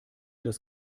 das